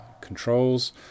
controls